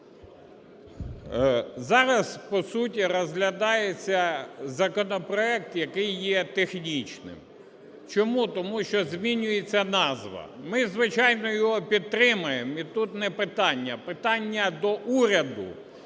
Зараз по суті розглядається законопроект, який є технічним. Чому? Тому що змінюється назва. Ми, звичайно, його підтримуємо, і тут не питання. Питання до уряду,